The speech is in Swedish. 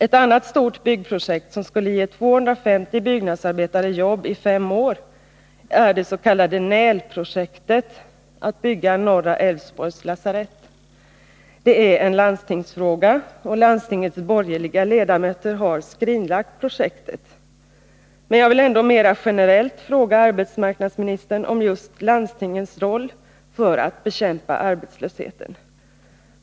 Ett annat stort projekt som skulle ge 250 byggnadsarbetare jobb i fem år är det s.k. NÄL-projektet, att bygga Norra Älvsborgs lasarett. Det är en landstingsfråga, och landstingets borgerliga ledamöter har skrinlagt projektet. Men jag vill mera generellt fråga arbetsmarknadsministern om just landstingens roll när det gäller att bekämpa arbetslösheten.